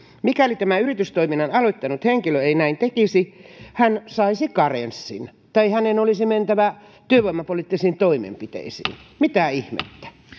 mikäli tämä yritystoiminnan aloittanut henkilö ei näin tekisi hän saisi karenssin tai hänen olisi mentävä työvoimapoliittisiin toimenpiteisiin mitä ihmettä